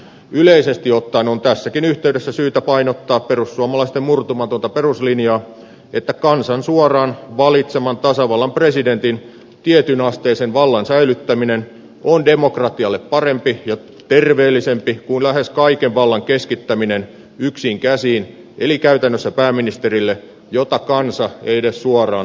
yleisesti ottaen on tässäkin yhteydessä syytä painottaa perussuomalaisten murtumatonta peruslinjaa että kansan suoraan valitseman tasavallan presidentin tietynasteisen vallan säilyttäminen on demokratialle parempaa ja terveellisempää kuin lähes kaiken vallan keskittäminen yksiin käsiin eli käytännössä pääministerille jota kansa ei edes suoraan ole valinnut